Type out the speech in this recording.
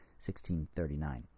1639